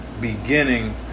beginning